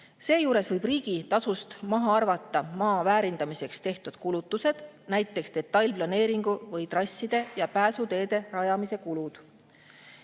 Seejuures võib riigi tasust maha arvata maa väärindamiseks tehtud kulutused, näiteks detailplaneeringu või trasside ja pääsuteede rajamise kulud.